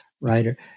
writer